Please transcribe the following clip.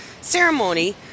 ceremony